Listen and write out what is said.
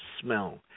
smell